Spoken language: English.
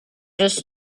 just